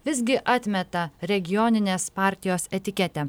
visgi atmeta regioninės partijos etiketę